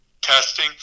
testing